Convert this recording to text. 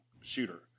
shooter